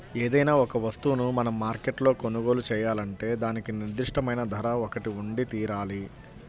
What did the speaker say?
ఏదైనా ఒక వస్తువును మనం మార్కెట్లో కొనుగోలు చేయాలంటే దానికి నిర్దిష్టమైన ధర ఒకటి ఉండితీరాలి